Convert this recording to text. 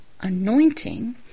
anointing